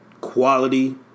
quality